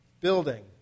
Building